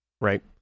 right